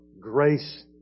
grace